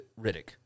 Riddick